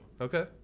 Okay